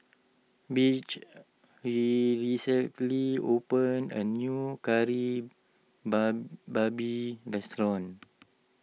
Butch Lee recently opened a new Kari Ba Babi restaurant